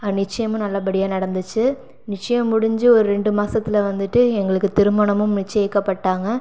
நிச்சயமும் நல்லபடியாக நடந்துச்சு நிச்சயம் முடிஞ்சு ஒரு ரெண்டு மாசத்தில் வந்துட்டு எங்களுக்கு திருமணமும் நிச்சயிக்கப்பட்டாங்க